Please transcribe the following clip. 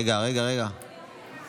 רגע, רגע, רגע.